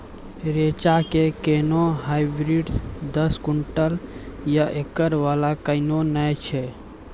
रेचा के कोनो हाइब्रिड दस क्विंटल या एकरऽ वाला कहिने नैय छै?